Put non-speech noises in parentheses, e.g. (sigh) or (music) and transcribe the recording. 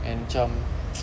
and cam (noise)